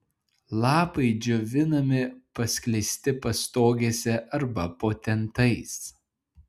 lapai džiovinami paskleisti pastogėse arba po tentais